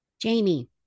Jamie